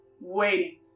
Waiting